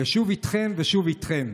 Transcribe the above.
ושוב איתכם ושוב איתכם.